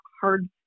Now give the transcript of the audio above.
hard